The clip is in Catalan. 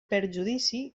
perjudici